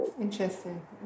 Interesting